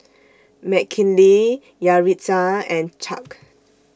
Mckinley Yaritza and Chuck